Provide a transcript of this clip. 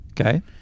Okay